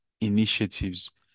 initiatives